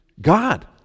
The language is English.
God